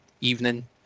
evening